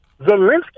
Zelensky